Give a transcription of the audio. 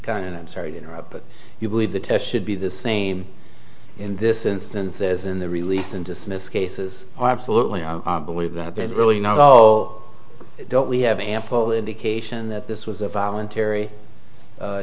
kind of i'm sorry to interrupt but you believe the test should be the same in this instance as in the release and dismiss cases absolutely i believe that they really not all don't we have ample indication that this was a voluntary